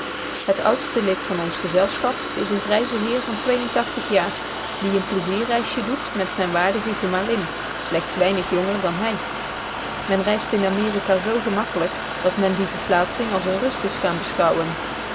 het oudste lid van ons gezelschap is een grijze heer van jaar die een plezierreisje doet met zijne waardige gemalin slechts weinig jonger dan hij men reist in amerika zoo gemakkelijk dat men die verplaatsing als eene rust is gaan beschouwen